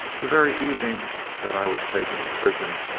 the very evening that i was taken to prison,